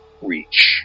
reach